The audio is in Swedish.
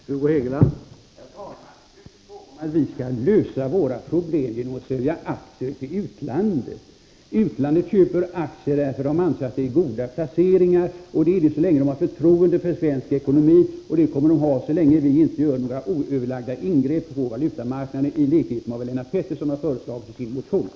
Herr talman! Det är inte fråga om att vi skall lösa våra ekonomiska problem genom att sälja aktier till utlandet. Företag i utlandet köper aktier här därför att de anser att det är goda placeringar, och det är goda placeringar så länge dessa företag har förtroende för svensk ekonomi, och de kommer att ha det så länge vi inte gör några oöverlagda ingrepp på valutamarknaden, av den typ som Lennart Pettersson har föreslagit i sin motion.